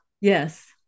Yes